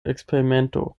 eksperimento